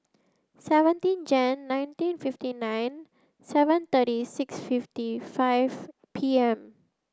seventeen Jan nineteen fifty nine seven thirty six fifty five P M